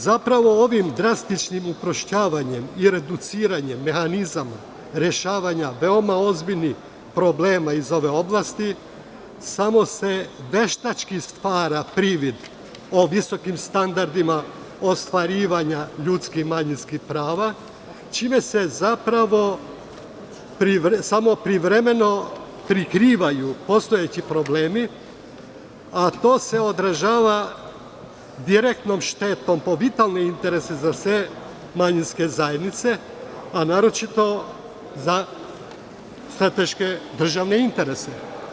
Zapravo ovim drastičnim uprošćavanjem i reduciranjem mehanizama rešavanja veoma ozbiljnih problema iz ove oblasti samo se veštački stvara privid o visokim standardima ostvarivanja ljudskih i manjinskih prava, čime se zapravo samo privremeno prikrivaju postojeći problemi, a to se odražava direktnom štetom po vitalne interese za sve manjinske zajednice, a naročito za strateške državne interese.